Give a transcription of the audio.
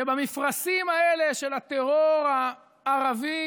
שבמפרשים האלה של הטרור הערבי